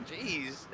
jeez